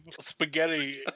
spaghetti